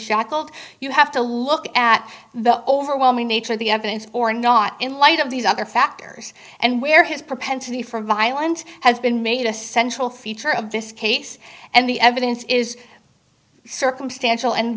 shackled you have to look at the overwhelming nature of the evidence or not in light of these other factors and where his propensity for violence has been made a central feature of this case and the evidence is circumstantial and